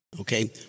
okay